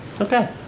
Okay